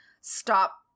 stop